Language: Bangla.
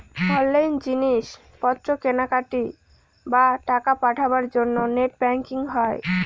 অনলাইন জিনিস পত্র কেনাকাটি, বা টাকা পাঠাবার জন্য নেট ব্যাঙ্কিং হয়